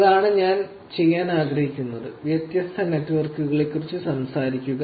അതാണ് ഞാൻ ചെയ്യാൻ ആഗ്രഹിക്കുന്നത് വ്യത്യസ്ത നെറ്റ്വർക്കുകളെക്കുറിച്ച് സംസാരിക്കുക